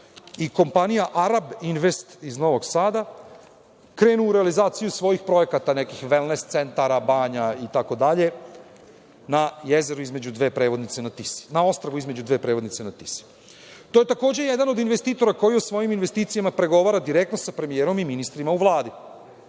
i kompanija „Arab Invest“ iz Novog Sada krenu u realizaciju svojih projekata, nekih velnes centara, banja itd, na jezeru između dve prevodnice na Tisi, na ostrvu između dve prevodnice na Tisi. To je takođe jedan od investitora koji u svojim investicijama pregovara direktno sa premijerom i ministrima u Vladi. Na